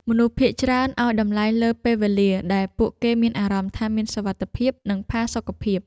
មនុស្សភាគច្រើនឱ្យតម្លៃលើពេលវេលាដែលពួកគេមានអារម្មណ៍ថាមានសុវត្ថិភាព និងផាសុកភាព។